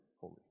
holy